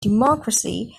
democracy